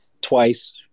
twice